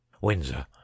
Windsor